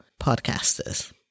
podcasters